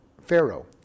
Pharaoh